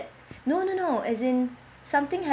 no no no as in something